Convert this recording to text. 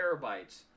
terabytes